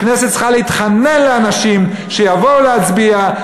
הכנסת צריכה להתחנן לאנשים שיבואו להצביע,